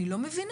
אני לא מבינה.